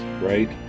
right